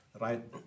right